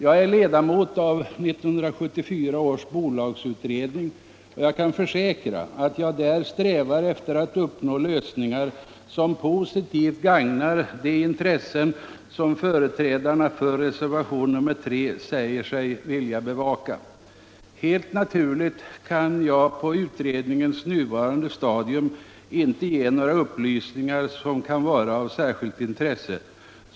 Jag är ledamot av 1974 års bolagsutredning, och jag kan försäkra att jag där strävar efter att uppnå lösningar som positivt gagnar de intressen som man i reservationen 3 säger sig vilja bevaka. Helt naturligt kan jag på utredningens nuvarande stadium inte ge några upplysningar av särskilt stort intresse.